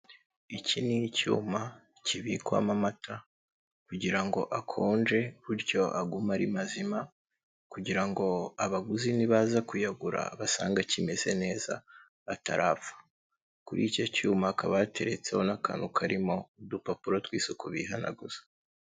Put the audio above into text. Iki ni icyuma kibikwamo amata kugira ngo akonje bityo agume ari mazima kugira ngo abaguzi nibaza kuyagura basanga akimeze neza atarapfa, kuri icyo cyuma hakaba hateretseho n'akantu karimo udupapuro tw'isuku bihanaguza.